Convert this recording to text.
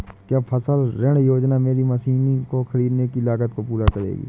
क्या फसल ऋण योजना मेरी मशीनों को ख़रीदने की लागत को पूरा करेगी?